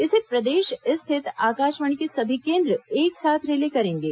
इसे प्रदेश स्थित आकाशवाणी के सभी केंद्र एक साथ रिले करेंगे